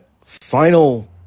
final